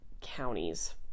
counties